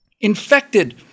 infected